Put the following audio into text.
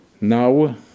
now